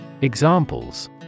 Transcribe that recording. Examples